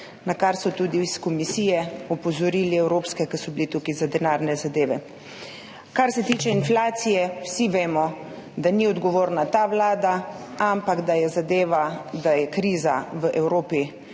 na kar so tudi iz Evropske komisije opozorili, ko so bili tukaj za denarne zadeve. Kar se tiče inflacije, vsi vemo, da ni odgovorna ta vlada, ampak da je kriza v Evropi,